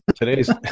today's